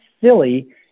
silly